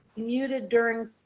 muted during